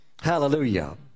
Hallelujah